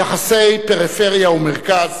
יחסי פריפריה ומרכז,